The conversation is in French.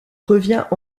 revient